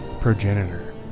progenitor